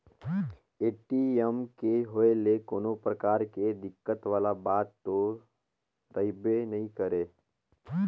ATM के होए ले कोनो परकार के दिक्कत वाला बात तो रहबे नइ करे